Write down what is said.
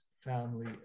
family